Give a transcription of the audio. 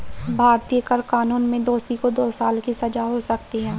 भारतीय कर कानून में दोषी को दो साल की सजा हो सकती है